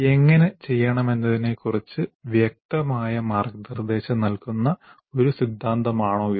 എങ്ങനെ ചെയ്യണമെന്നതിനെക്കുറിച്ച് വ്യക്തമായ മാർഗ്ഗനിർദ്ദേശം നൽകുന്ന ഒരു സിദ്ധാന്തമാണോ ഇത്